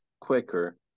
quicker